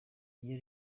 iyo